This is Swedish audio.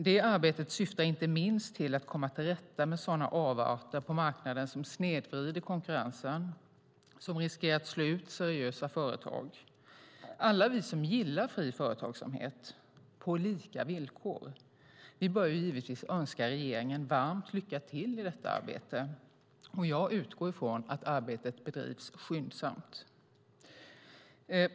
Det arbetet syftar inte minst till att komma till rätta med sådana avarter på marknaden som snedvrider konkurrensen och riskerar att slå ut seriösa företag. Alla vi som gillar fri företagsamhet på lika villkor bör givetvis önska regeringen varmt lycka till i detta arbete, och jag utgår från att arbetet bedrivs skyndsamt.